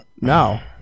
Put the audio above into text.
No